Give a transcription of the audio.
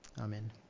Amen